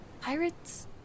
Pirates